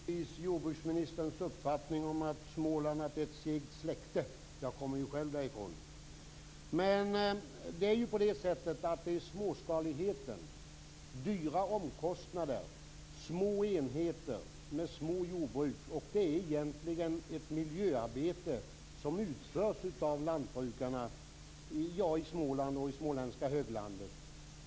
Fru talman! Jag delar naturligtvis jordbruksministerns uppfattning om att smålänningar är ett segt släkte - jag kommer ju själv därifrån. Det handlar om småskalighet, höga omkostnader och små enheter med små jordbruk. Det är egentligen ett miljöarbete som utförs av lantbrukarna exempelvis i Småland och på det småländska höglandet.